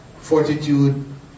fortitude